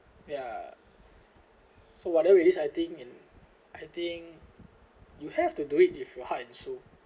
ya so whatever it is I think in I think you have to do it if your heart and soul